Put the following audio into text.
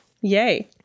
yay